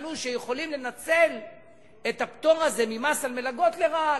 שיכולים לנצל את הפטור הזה ממס על מלגות לרעה.